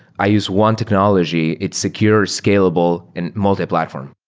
i use one technology, it secures scalable and multiplatform.